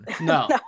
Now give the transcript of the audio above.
No